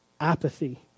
apathy